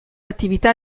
attività